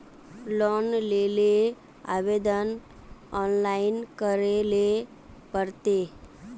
Loan लेले आवेदन online करे ले पड़ते?